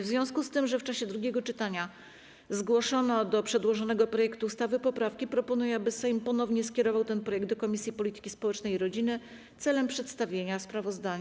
W związku z tym, że w czasie drugiego czytania zgłoszono do przedłożonego projektu ustawy poprawki, proponuję, aby Sejm ponownie skierował ten projekt do Komisji Polityki Społecznej i Rodziny celem przedstawienia sprawozdania.